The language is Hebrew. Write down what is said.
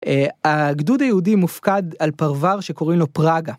הגדוד היהודי מופקד על פרוור שקוראים לו פראגה.